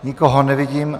Nikoho nevidím.